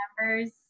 members